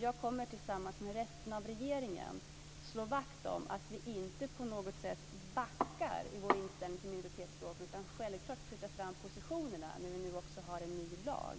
Jag kommer tillsammans med resten av regeringen att slå vakt om att vi inte på något sätt backar i vår inställning till minoritetsspråken utan självklart flyttar fram positionerna när vi nu också har en ny lag.